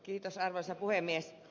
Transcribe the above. kiitos arvoisa puhemies